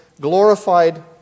glorified